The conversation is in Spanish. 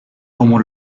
como